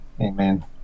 Amen